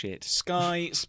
Sky